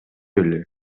эле